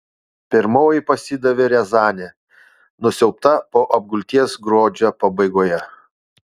pirmoji pasidavė riazanė nusiaubta po apgulties gruodžio pabaigoje